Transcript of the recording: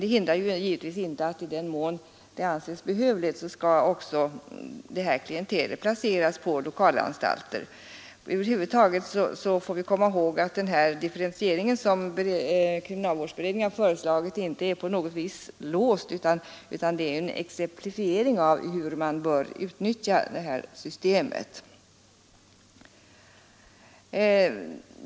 Det hindrar givetvis inte att i den mån det anses behövligt skall också detta klientel placeras på lokalanstalter. Över huvud taget får vi komma ihåg att den differentiering som kriminalvårdsberedningen föreslagit inte på något sätt är låst utan endast är en exemplifiering av hur man bör utnyttja systemet.